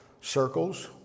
circles